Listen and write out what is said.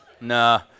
nah